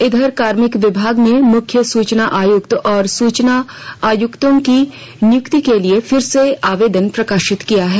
इधर कार्मिक विभाग ने मुख्य सुचना आयुक्त और सूचना आयुक्तों की नियुक्ति के लिए फिर से आवेदन प्रकाशित किया है